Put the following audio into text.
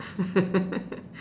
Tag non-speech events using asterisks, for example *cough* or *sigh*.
*laughs*